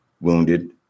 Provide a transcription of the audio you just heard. wounded